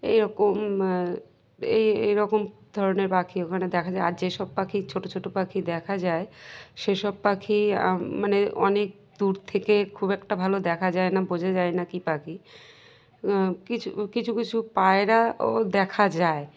এইরকম এই এইরকম ধরনের পাখি ওখানে দেখা যায় আর যেসব পাখি ছোট ছোট পাখি দেখা যায় সেসব পাখি মানে অনেক দূর থেকে খুব একটা ভালো দেখা যায় না বোঝা যায় না কি পাখি কিছু কিছু কিছু পায়রাও দেখা যায়